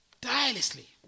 tirelessly